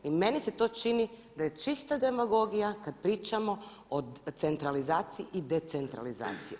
I meni se to čini da je čista demagogija kada pričamo o centralizaciji i decentralizaciji.